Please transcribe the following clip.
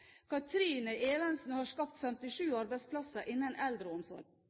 Kathrine Evensen har skapt 57 arbeidsplasser innen eldreomsorg.